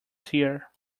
tear